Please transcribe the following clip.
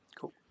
Cool